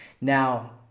Now